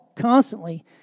constantly